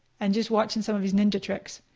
and just watching some of his ninja tricks.